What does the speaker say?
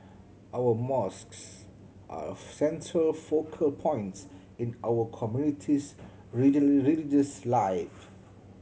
our mosques are a central focal point in our community's religious life